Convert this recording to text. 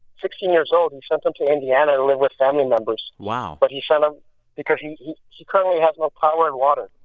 sixteen years old. he sent him to indiana to live with family members wow but he sent him because he he currently has no power and water.